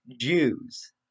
Jews